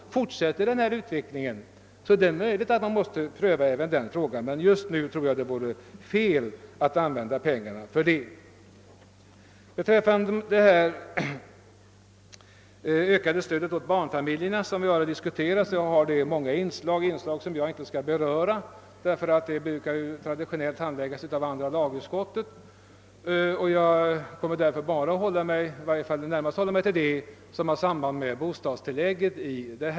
Om den nuvarande utvecklingen fortsätter är det möjligt att man måste pröva även den frågan, men just nu tror jag att det vore fel att använda pengarna för det ändamålet. Beträffande det ökade stödet åt barnfamiljerna, vilket vi har att diskutera, har det många inslag som jag inte skall beröra. Dessa frågor brukar nämligen traditionellt handläggas av andra lagutskottet. Jag kommer därför närmast att hålla mig till det som har samband med bostadstillägget.